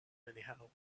anyhow